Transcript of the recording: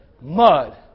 mud